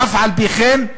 ואף-על-פי-כן,